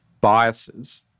biases